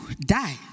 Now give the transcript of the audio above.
die